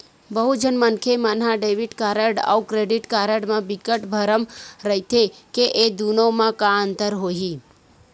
बहुत झन मनखे मन ह डेबिट कारड अउ क्रेडिट कारड म बिकट भरम रहिथे के ए दुनो म का अंतर होही?